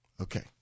Okay